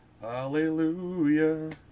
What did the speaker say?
Hallelujah